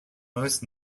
most